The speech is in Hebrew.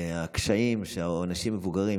והקשיים שאנשים מבוגרים,